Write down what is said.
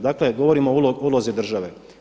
Dakle govorimo o ulozi države.